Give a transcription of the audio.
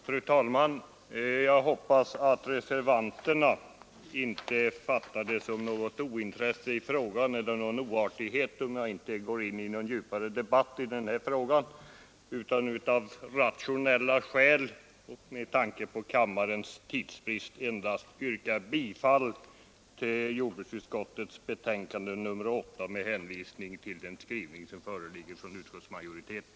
Fru talman! Jag hoppas att reservanterna inte fattar det som något ointresse i frågan eller som någon oartighet, om jag inte går in i någon djupare debatt i detta ärende. utan av rationella skäl och med tanke på kammarens tidsbrist endast yrkar bifall till jordbruksutskottets betänkande nr 8 med hänvisning till den skrivning som föreligger från utskottsmajoriteten.